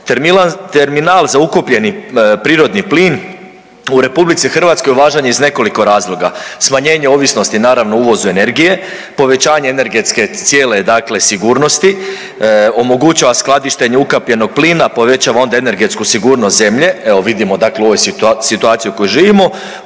Terminal za ukapljeni prirodni plin u Republici Hrvatskoj važan je iz nekoliko razloga – smanjenje ovisnosti naravno o uvozu energije, povećanje energetske cijele, dakle sigurnosti, omogućava skladištenje ukapljenog plina, povećava onda energetsku sigurnost zemlje. Evo vidimo, dakle ovu situaciju u kojoj živimo.